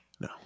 No